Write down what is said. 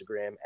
Instagram